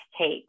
take